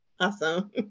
Awesome